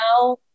now